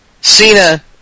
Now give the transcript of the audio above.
Cena